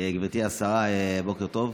גברתי השרה, בוקר טוב.